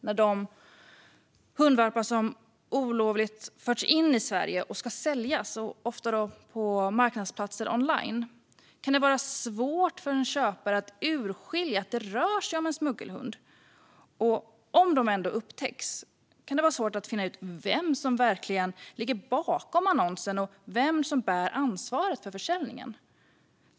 När de hundvalpar som olovligt förts in i Sverige ska säljas, ofta på marknadsplatser online, kan det vara svårt för en köpare att urskilja att det rör sig om en smuggelhund. Och om det ändå upptäcks kan det vara svårt att finna ut vem som verkligen ligger bakom annonsen och bär ansvaret för försäljningen.